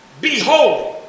behold